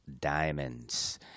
diamonds